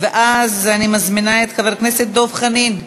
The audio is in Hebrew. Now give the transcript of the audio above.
אני מזמינה את חבר הכנסת דב חנין.